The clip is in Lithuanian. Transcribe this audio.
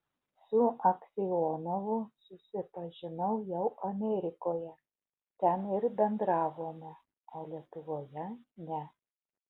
su aksionovu susipažinau jau amerikoje ten ir bendravome o lietuvoje ne